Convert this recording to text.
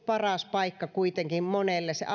paras paikka monelle se